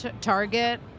target